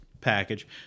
package